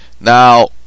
Now